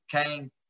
came